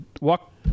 walk